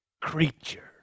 creature